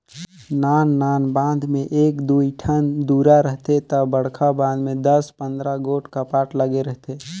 नान नान बांध में एक दुई ठन दुरा रहथे ता बड़खा बांध में दस पंदरा गोट कपाट लगे रथे